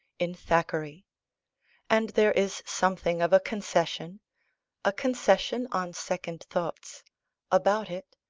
in thackeray and there is something of a concession a concession, on second thoughts about it.